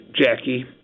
Jackie